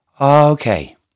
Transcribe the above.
okay